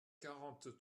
quarante